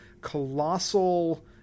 colossal